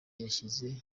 yashyize